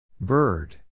Bird